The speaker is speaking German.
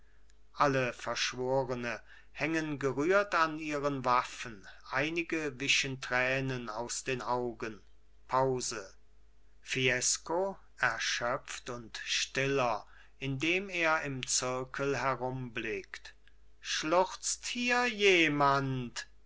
alle verschworene hängen gerührt an ihren waffen einige wischen tränen aus den augen pause fiesco erschöpft und stiller indem er im zirkel herumblickt schluchzt hier jemand